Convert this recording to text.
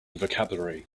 vocabulary